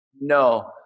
No